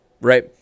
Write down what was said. Right